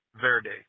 Verde